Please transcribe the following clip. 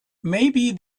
maybe